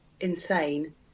insane